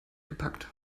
gepackt